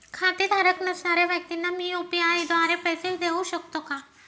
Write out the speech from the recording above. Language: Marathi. खातेधारक नसणाऱ्या व्यक्तींना मी यू.पी.आय द्वारे पैसे देऊ शकतो का?